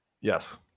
Yes